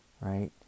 Right